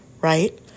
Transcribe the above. Right